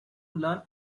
learn